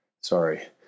Sorry